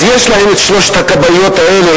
אז יש להם את שלוש הכבאיות האלה,